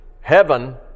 heaven